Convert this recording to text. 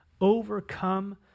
overcome